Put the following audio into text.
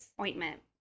ointment